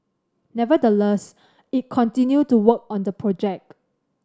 nevertheless it continued to work on the project